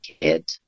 kid